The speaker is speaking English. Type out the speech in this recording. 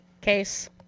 Case